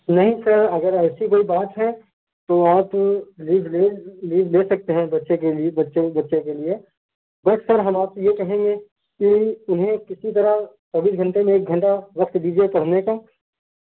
نہیں سر اگر ایسی کوئی بات ہے تو آپ لیو لے سکتے ہیں بچے کے لیے بچے بچے کے لیے بٹ سر ہم آپ کو یہ کہیں گے کہ اُنہیں کسی طرح چوبیس گھنٹے میں ایک گھنٹہ وقت دیجیے پڑھنے کا